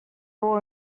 all